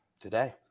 Today